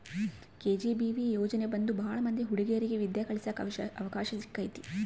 KGBV ಯೋಜನೆ ಬಂದು ಭಾಳ ಮಂದಿ ಹುಡಿಗೇರಿಗೆ ವಿದ್ಯಾ ಕಳಿಯಕ್ ಅವಕಾಶ ಸಿಕ್ಕೈತಿ